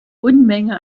unmenge